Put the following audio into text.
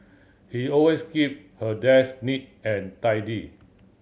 he always keep her desk neat and tidy